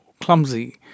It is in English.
clumsy